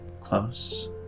close